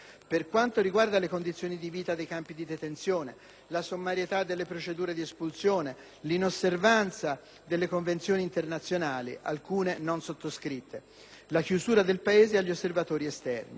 Per quanto riguarda le condizioni di vita nei campi di detenzione, la sommarietà delle procedure di espulsione, l'inosservanza delle convenzioni internazionali (alcune non sottoscritte), la chiusura del Paese agli osservatori esterni,